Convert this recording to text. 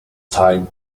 time